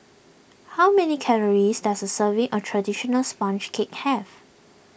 how many calories does a serving of Traditional Sponge Cake have